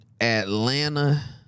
Atlanta